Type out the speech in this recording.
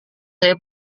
saya